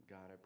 God